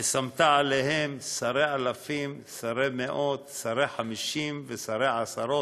"ושמת עליהם שרי אלפים שרי מאות שרי חמשים ושרי עשרת".